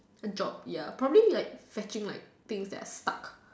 a job ya probably like fetching like things that are stuck